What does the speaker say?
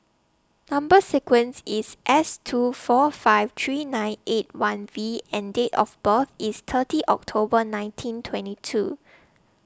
Number sequence IS S two four five three nine eight one V and Date of birth IS thirty October nineteen twenty two